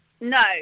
No